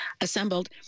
assembled